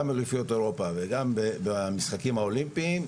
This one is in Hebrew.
גם באליפויות אירופה וגם במשחקים האולימפיים,